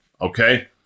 okay